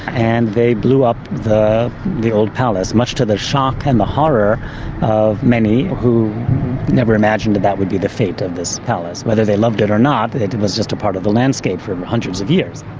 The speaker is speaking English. and they blew up the the old palace, much to the shock and the horror of many who never imagined that that would be the fate of this palace. whether they loved it or not, it it was just a part of the landscape for hundreds of years.